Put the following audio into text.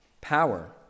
power